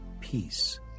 peace